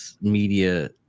media